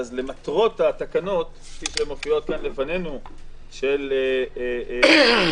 אז למטרות התקנות שמופיעות פה לפנינו של התייעלות